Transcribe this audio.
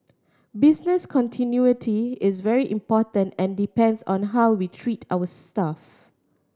business continuity is very important and depends on how we treat our staff